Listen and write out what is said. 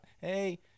Hey